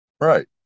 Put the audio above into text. right